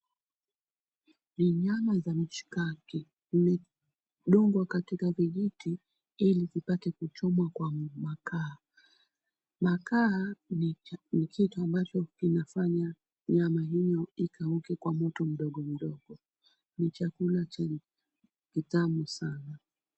Ni nyama za mishikaki imedungwa katika vijiti ili zipate kuchomwa kwa makaa. Makaa ni kitu ambacho kinafanya nyama hiyo ikauke kwa moto mdogo mdogo. Ni chakula chenye utamu sana.